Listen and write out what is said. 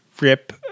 rip